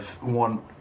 one